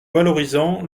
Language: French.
valorisant